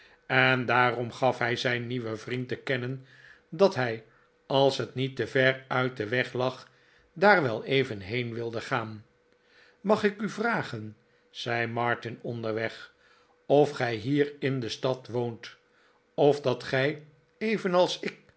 en daarom gaf hij zijn nieuwen vriend te kennen dat hij als het niet te ver uit den weg lag daar wel even heen wilde gaan mag ik u vragen zei martin onderweg of gij hier in de stad woont of dat gij evenals ik